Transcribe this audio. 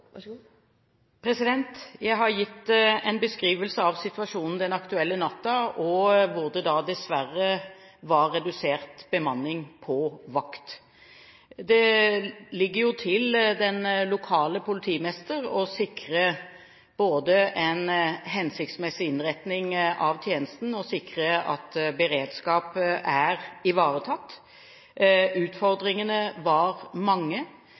Jeg har gitt en beskrivelse av situasjonen den aktuelle natten, hvor det dessverre var redusert bemanning på vakt. Det ligger til den lokale politimester å sikre både en hensiktsmessig innretning av tjenesten og at beredskap er ivaretatt. Utfordringene var mange.